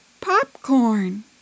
popcorn